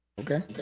Okay